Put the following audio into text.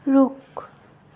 रुख